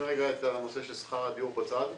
נשים לרגע את הנושא של שכר הדיור בצד,